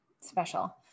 special